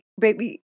baby